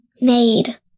made